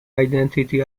identity